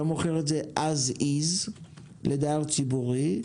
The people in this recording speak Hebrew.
אתה מוכר את זה כמו שזה לדייר ציבורי,